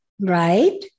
Right